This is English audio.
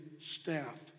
staff